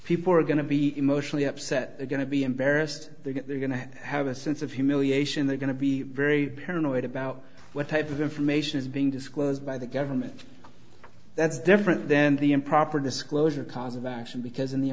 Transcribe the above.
people are going to be emotionally upset they're going to be embarrassed they're going to have a sense of humiliation they're going to be very paranoid about what type of information is being disclosed by the government that's different than the improper disclosure cause of action because in the